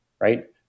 right